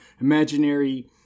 imaginary